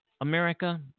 America